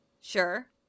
Sure